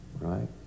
right